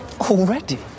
Already